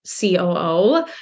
COO